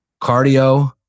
Cardio